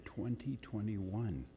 2021